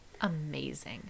Amazing